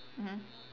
mmhmm